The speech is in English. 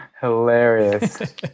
Hilarious